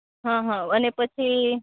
હં હં અને પછી